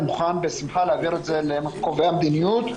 אני מוכן בשמחה להעביר את זה לקובעי המדיניות.